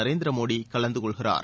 நரேந்திரமோடிகலந்துகொள்கிறார்